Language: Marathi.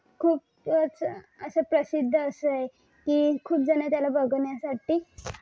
खूपच असे प्रसिद्ध असे आहे की खूप जण त्याला बघण्यासाठी